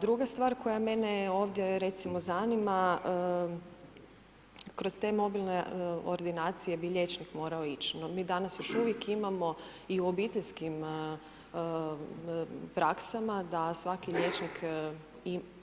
Druga stvar koja mene ovdje recimo zanima, kroz te mobilne ordinacije bi liječnik morao ići, no mi danas još uvijek imamo, i u obiteljskim praksama da svaki liječnik,